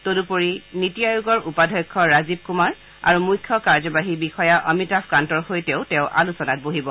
তদুপৰি নিটি আয়োগৰ উপাধ্যক্ষ ৰাজীৱ কুমাৰ আৰু মুখ্য কাৰ্যবাহী বিষয়া অমিতাভ কান্তৰ সৈতেও তেওঁ আলোচনাত বহিব